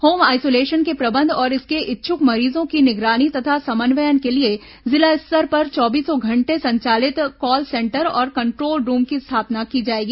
home isolation के प्रबंधन और इसके इच्छुक मरीजों की निगरानी तथा समन्वय के लिए जिला स्तर पर चौबीसों घंटे संचालित कॉल सेंटर और कंट्रोल रूम की स्थापना की जाएगी